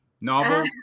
Novel